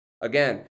again